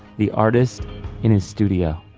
the artist in his studio.